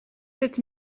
sept